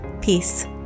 Peace